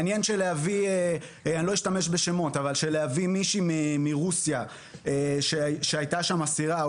מעניין שלהביא מישהי מרוסיה שהייתה שם אסירה,